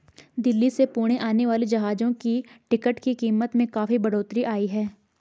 दिल्ली से पुणे आने वाली जहाजों की टिकट की कीमत में काफी बढ़ोतरी आई है